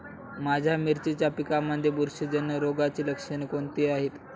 माझ्या मिरचीच्या पिकांमध्ये बुरशीजन्य रोगाची लक्षणे कोणती आहेत?